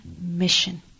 mission